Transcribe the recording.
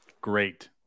Great